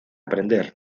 aprender